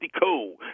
Cool